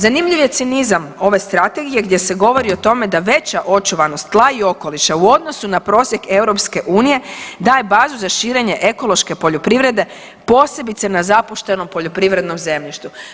Zanimljiv je cinizam ove strategije gdje se govori o tome da veća očuvanost tla i okoliša u odnosu na prosjek EU daje bazu za širenje ekološke poljoprivrede posebice na zapuštenom poljoprivrednom zemljištu.